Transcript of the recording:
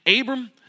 Abram